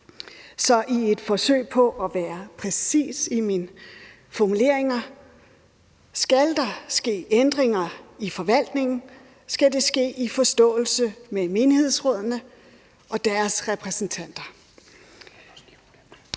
Så i et forsøg på at være præcis i mine formuleringer vil jeg sige, at skal der ske ændringer i forvaltningen, skal det ske i forståelse med menighedsrådene og deres repræsentanter.